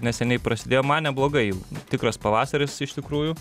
neseniai prasidėjo man neblogai tikras pavasaris iš tikrųjų